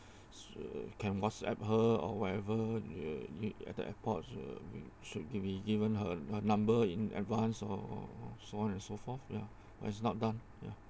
uh can WhatsApp her or whatever uh at the airport uh should be given her her number in advance or so on and so forth ya but it's not done ya